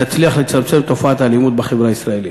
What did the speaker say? נצליח לצמצם את תופעת האלימות בחברה הישראלית.